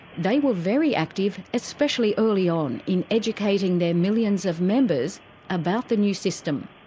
they were very active, especially early on, in educating their millions of members about the new system.